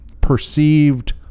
perceived